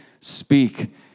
Speak